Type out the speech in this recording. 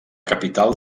capital